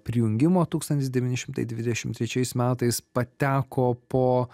prijungimo tūkstantis devyni šimtai dvidešim trečiais metais pateko po